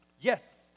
yes